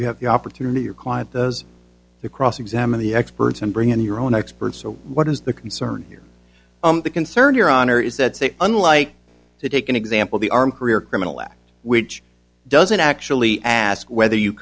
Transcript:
you have the opportunity your client does to cross examine the experts and bring in your own experts so what is the concern here the concern your honor is that say unlike to take an example the arm career criminal act which doesn't actually ask whether you